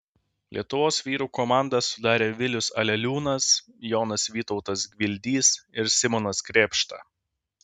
lietuvos vyrų komandą sudarė vilius aleliūnas jonas vytautas gvildys ir simonas krėpšta